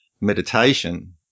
meditation